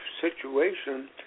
situation